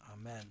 Amen